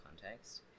context